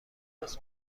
تماس